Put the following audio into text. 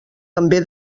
també